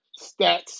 stats